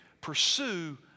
pursue